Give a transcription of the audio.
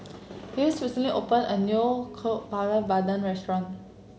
Giles recently open a new Kueh Bakar Pandan restaurant